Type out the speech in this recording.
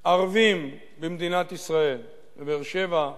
ערבים במדינת ישראל, בבאר-שבע,